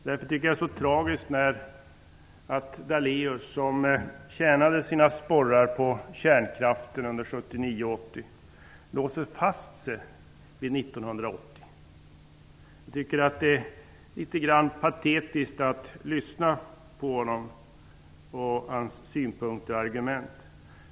Därför är det så tragiskt att Daléus, som tjänade sina sporrar på kärnkraften under 1979 och 1980, låser sig vid 1980. Det är litet patetiskt att lyssna på honom och hans synpunkter och argument.